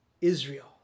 Israel